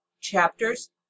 Chapters